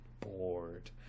bored